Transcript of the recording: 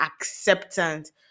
acceptance